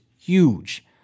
huge